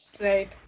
Right